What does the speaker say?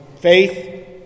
faith